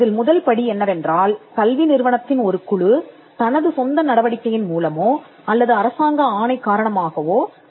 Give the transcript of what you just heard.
இதில் முதல் படி என்னவென்றால் கல்வி நிறுவனத்தின் ஒரு குழு தனது சொந்த நடவடிக்கையின் மூலமோ அல்லது அரசாங்க ஆணை காரணமாகவோ ஐபிஎம் அமைப்பை உருவாக்க முடிவு செய்வது